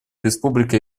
республика